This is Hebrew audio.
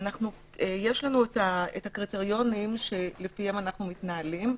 יש לנו הקריטריונים שלפיהם אנו מתנהלים.